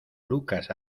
lucas